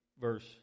verse